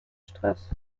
stress